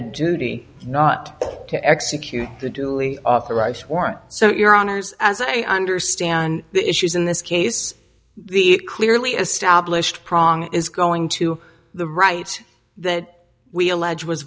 a duty not to execute the duly authorized warrant so your honour's as i understand the issues in this case the clearly established prong is going to the right that we allege was